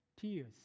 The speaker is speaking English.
tears